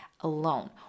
alone